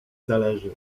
zależy